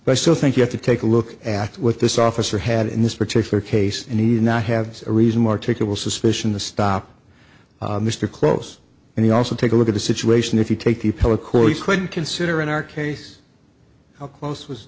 but i still think you have to take a look at what this officer had in this particular case and he did not have a reason more to kill suspicion to stop mr close and he also take a look at the situation if you take the public or you could consider in our case how close was